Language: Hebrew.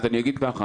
אז אני אגיד ככה,